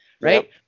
right